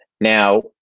Now